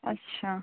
अच्छा